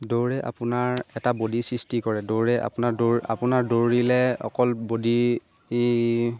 দৌৰে আপোনাৰ এটা বডিৰ সৃষ্টি কৰে দৌৰে আপোনাৰ দৌৰ আপোনাৰ দৌৰিলে অকল বডি